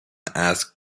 asked